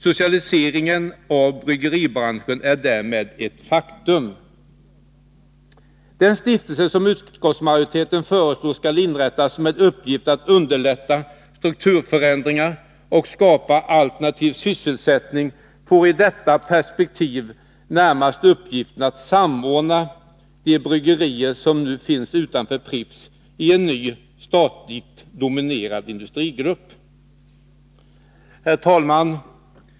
Socialiseringen av bryggeribranschen är därmed ett faktum. Den stiftelse som utskottsmajoriteten föreslår skall inrättas med uppgift att underlätta strukturförändringar och skapa alternativ sysselsättning får i detta perspektiv närmast uppgiften att samordna de bryggerier som nu finns utanför Pripps i en ny statligt dominerad industrigrupp. Herr talman!